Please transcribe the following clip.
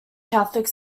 catholic